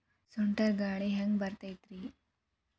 ಸುಂಟರ್ ಗಾಳಿ ಹ್ಯಾಂಗ್ ಬರ್ತೈತ್ರಿ?